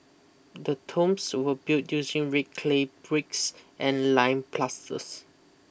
the tombs were built using red clay bricks and lime plasters